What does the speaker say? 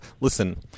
Listen